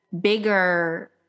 bigger